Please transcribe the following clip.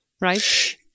right